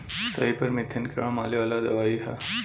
सईपर methane कीड़ा मारे वाला दवाई ह